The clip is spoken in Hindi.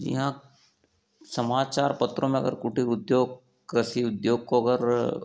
जी हाँ समाचार पत्रों में अगर कुटीर उद्योग कृषि उद्योग को अगर